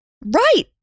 Right